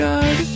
God